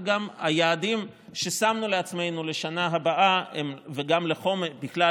וגם היעדים ששמנו לעצמנו לשנה הבאה ולארבע